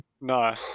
No